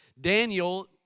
Daniel